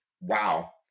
wow